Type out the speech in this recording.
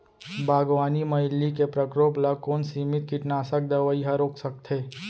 बागवानी म इल्ली के प्रकोप ल कोन सीमित कीटनाशक दवई ह रोक सकथे?